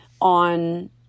on